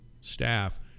staff